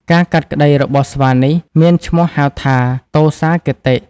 ការកាត់ក្ដីរបស់ស្វានេះ មានឈ្មោះហៅថា ទោសាគតិ។